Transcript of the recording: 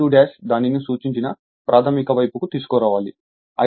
కాబట్టిI2 దానిని సూచించిన ప్రాధమిక వైపుకు తీసుకురావాలి